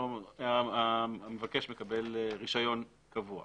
המבקש מקבל רישיון קבוע